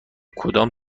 کدام